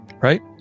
right